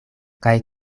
kaj